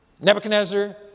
Nebuchadnezzar